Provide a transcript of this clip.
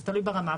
זה תלוי ברמה,